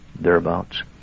thereabouts